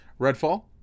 Redfall